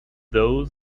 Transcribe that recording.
though